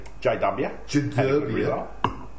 JW